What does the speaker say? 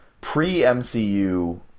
pre-mcu